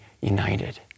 united